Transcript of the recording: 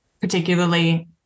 particularly